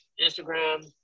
Instagram